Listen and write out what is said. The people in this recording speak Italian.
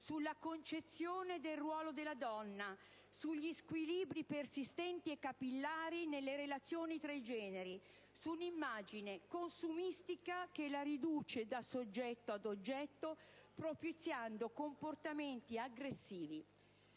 sulla concezione del ruolo della donna, sugli squilibri persistenti e capillari nelle relazioni tra i generi, su un'immagine consumistica che la riduce da soggetto ad oggetto, propiziando comportamenti aggressivi(...)».